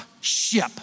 ship